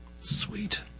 Sweet